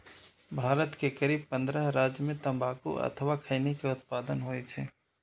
भारत के करीब पंद्रह राज्य मे तंबाकू अथवा खैनी के उत्पादन होइ छै